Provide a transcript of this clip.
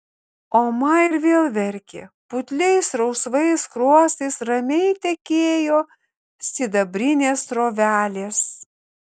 oma ir vėl verkė putliais rausvais skruostais ramiai tekėjo sidabrinės srovelės